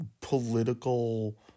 political